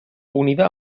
unida